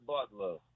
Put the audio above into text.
Butler